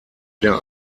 der